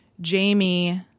Jamie